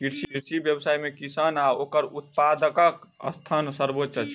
कृषि व्यवसाय मे किसान आ ओकर उत्पादकक स्थान सर्वोच्य अछि